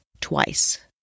twice